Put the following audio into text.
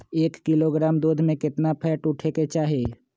एक किलोग्राम दूध में केतना फैट उठे के चाही?